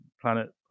planet